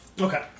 Okay